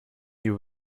you